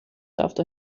after